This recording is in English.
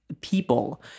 people